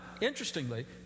interestingly